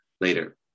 later